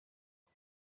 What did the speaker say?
ngo